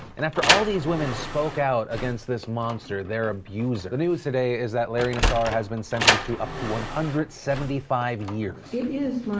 and after all these women spoke out against this monster, their abuser, the news today is that larry nassar has been sentenced to up to one hundred and seventy five years. it is